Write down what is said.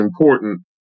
important